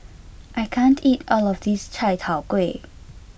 I can't eat all of this Chai Tow Kuay